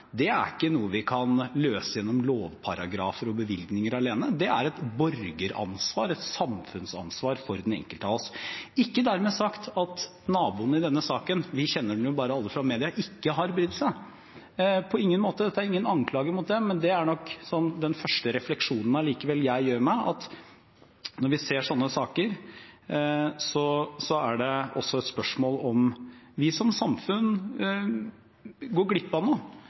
det er ikke noe vi kan løse gjennom lovparagrafer og bevilgninger alene, det er et borgeransvar, et samfunnsansvar for den enkelte av oss. Ikke dermed sagt at naboene i denne saken – vi kjenner den jo bare fra media – ikke har brydd seg. På ingen måte, dette er ingen anklage mot dem, men det er nok likevel den første refleksjonen jeg gjør meg, at når vi ser slike saker, er det også et spørsmål om vi som samfunn går